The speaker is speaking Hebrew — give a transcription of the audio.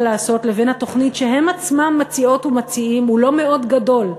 לעשות לבין התוכנית שהם עצמם מציעות ומציעים הוא לא מאוד גדול.